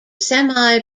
semi